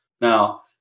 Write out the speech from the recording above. Now